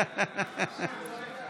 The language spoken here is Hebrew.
זה נעלם.